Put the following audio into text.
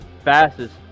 Fastest